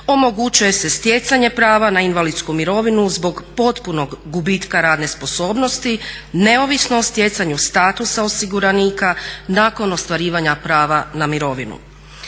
omogućuje se stjecanje prava na invalidsku mirovinu zbog potpunog gubitka radne sposobnosti neovisno o stjecanju statusa osiguranika nakon ostvarivanja prava na mirovinu.